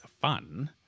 fun